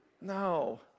No